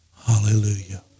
Hallelujah